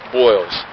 boils